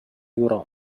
يرام